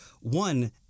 one